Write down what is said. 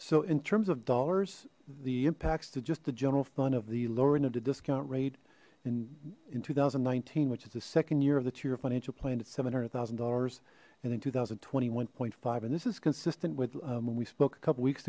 so in terms of dollars the impacts to just the general fun of the lowering of the discount rate and in two thousand and nineteen which is the second year of the two your financial plan at seven hundred thousand dollars and in two thousand twenty one point five and this is consistent with when we spoke a couple weeks